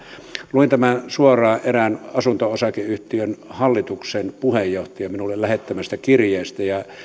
luin tämän suoraan erään asunto osakeyhtiön hallituksen puheenjohtajan minulle lähettämästä kirjeestä ja